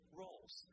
roles